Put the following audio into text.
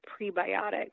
prebiotic